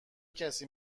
کسی